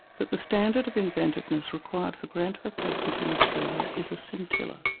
that the standard of inventiveness required for grant of a patent in australia is a scintilla.